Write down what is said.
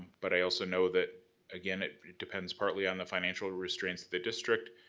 but i also know that again, it depends partly on the financial restraints of the district.